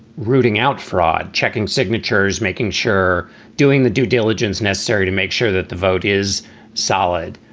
rooting out fraud, checking signatures, making sure doing the due diligence necessary to make sure that the vote is solid.